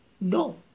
No